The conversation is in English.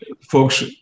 folks